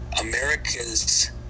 America's